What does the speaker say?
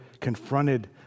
confronted